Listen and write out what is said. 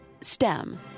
stem